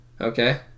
okay